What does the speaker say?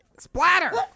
Splatter